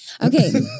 Okay